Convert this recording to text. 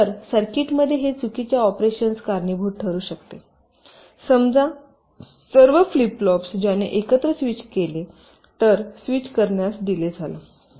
तर सर्किटमध्ये हे चुकीच्या ऑपरेशन्सस कारणीभूत ठरू शकते जर समजा सर्व फ्लिप फ्लॉप्स ज्याने एकत्र स्विच केले तर स्विच करण्यास डीले झाला